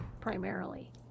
primarily